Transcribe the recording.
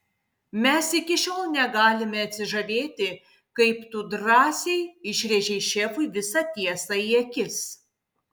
mes iki šiol negalime atsižavėti kaip tu drąsiai išrėžei šefui visą tiesą į akis